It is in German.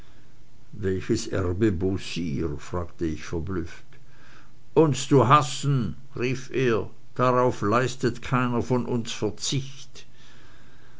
welches erbe beausire fragte ich verblüfft uns zu hassen rief er darauf leistet keiner von uns verzicht